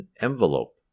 envelope